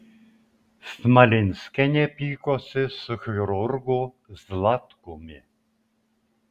smalinskienė pykosi su chirurgu zlatkumi